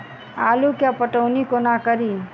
आलु केँ पटौनी कोना कड़ी?